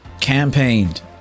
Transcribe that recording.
campaigned